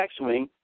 backswing